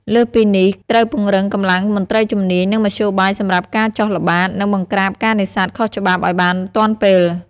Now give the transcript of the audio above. លើសពីនេះ ត្រូវពង្រឹងកម្លាំងមន្ត្រីជំនាញ និងមធ្យោបាយសម្រាប់ការចុះល្បាត និងបង្ក្រាបការនេសាទខុសច្បាប់ឲ្យបានទាន់ពេល។